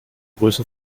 grüße